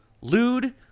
lewd